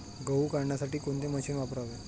गहू काढण्यासाठी कोणते मशीन वापरावे?